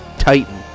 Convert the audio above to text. Titan